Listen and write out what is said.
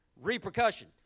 repercussion